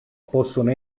possono